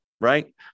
right